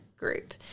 group